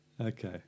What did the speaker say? Okay